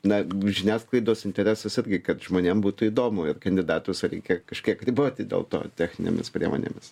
na žiniasklaidos interesas irgi kad žmonėm būtų įdomu ir kandidatus reikia kažkiek riboti dėl to techninėmis priemonėmis